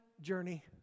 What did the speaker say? journey